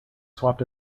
swapped